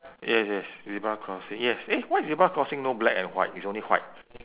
yes yes zebra crossing yes eh why zebra crossing no black and white it's only white